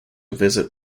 visit